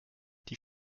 die